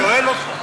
לא, אני שואל אותך.